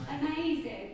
Amazing